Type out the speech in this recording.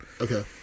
Okay